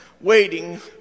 waiting